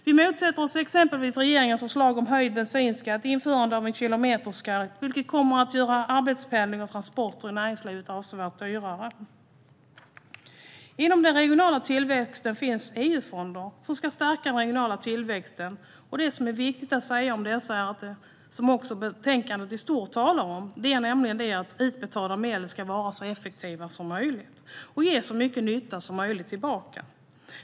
Vi motsätter oss exempelvis regeringens förslag om höjd bensinskatt och införande av en kilometerskatt, vilket kommer att göra arbetspendling och transporter i näringslivet avsevärt dyrare. Inom regional tillväxt finns EU-fonder som ska stärka den regionala tillväxten. Det som är viktigt att säga om dessa är det som också betänkandet i stort talar om, nämligen att utbetalda medel ska vara så effektiva som möjligt och ge så mycket nytta som möjligt tillbaka.